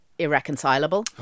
irreconcilable